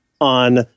on